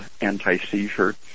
anti-seizure